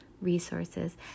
resources